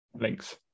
Links